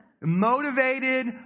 motivated